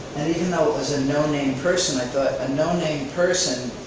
and even though it was a no-name person i thought a no-name person,